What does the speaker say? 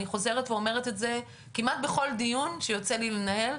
חוזרת ואני אומרת את זה כמעט בכל דיון שיוצא לי לנהל.